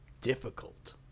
difficult